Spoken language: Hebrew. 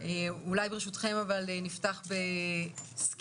אולי ברשותכם אולי נפתח בסקירה